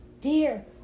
dear